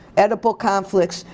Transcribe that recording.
audible conflicts,